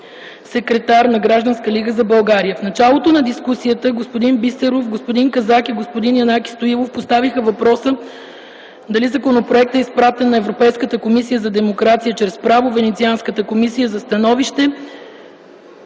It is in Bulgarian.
секретар на Гражданска лига за България. В началото на дискусията народните представители Христо Бисеров, Четин Казак и Янаки Стоилов поставиха въпроса дали законопроектът е изпратен на Европейската комисия за демокрация чрез право и Венецианската комисия за становище